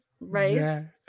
Right